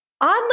Oddly